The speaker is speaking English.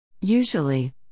Usually